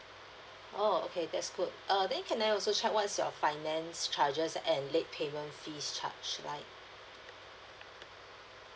oh okay that's good uh then can I also check what's your finance charges and late payment fees charge like